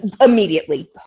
immediately